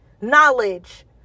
knowledge